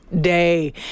day